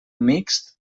mixt